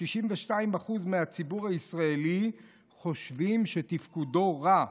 62% מהציבור הישראלי חושבים שתפקודו רע.